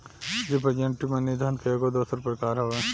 representative money धन के एगो दोसर प्रकार हवे